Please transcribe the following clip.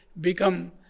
become